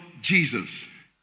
Jesus